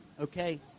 okay